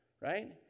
right